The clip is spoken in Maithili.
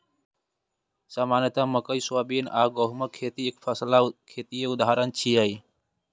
सामान्यतः मकइ, सोयाबीन आ गहूमक खेती एकफसला खेतीक उदाहरण छियै